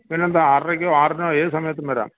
പിന്നെ എന്താണ് ആറരയ്ക്കോ ആറിനോ ഏത് സമയത്തും വരാം